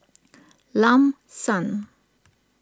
Lam San